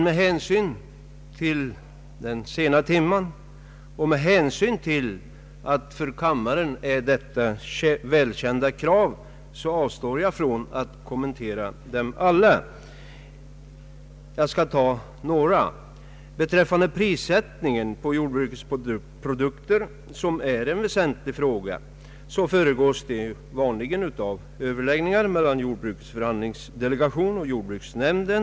Med hänsyn till den sena timmen och med hänsyn till att kraven är välkända för kammaren avstår jag från att kommentera dem alla. Jag skall ta några. Prissättningen på jordbrukets produkter, som är en väsentlig fråga, föregås vanligen av överläggningar mellan jordbrukets förhandlingsdelegation och jordbruksnämnden.